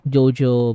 JoJo